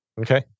Okay